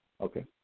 okay